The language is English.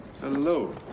Hello